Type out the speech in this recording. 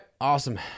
Awesome